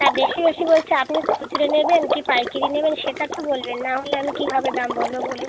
তা বেশি বেশি বলছো আপনি খুচরো নেবেন কি পাইকারি নেবেন সেটা তো বলবেন নাহলে আমি কীভাবে দাম বলবো বলুন